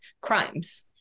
crimes